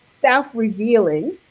self-revealing